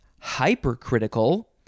hypercritical